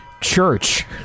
church